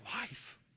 life